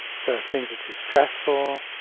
so if things are too stressful,